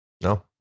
No